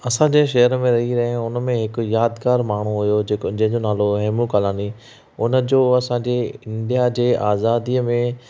असां जंहिं शहर में रही रहिया आहियूं हुन में हिकु यादगारि माण्हू हुओ जंहिंजो नालो हो हेमू कालाणी हुन जो असांजे इण्डिया जे आज़ादीअ में